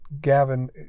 gavin